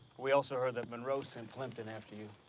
we also heard that monroe sent plimpton after you.